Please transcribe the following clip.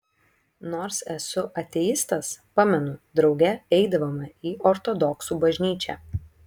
nors esu ateistas pamenu drauge eidavome į ortodoksų bažnyčią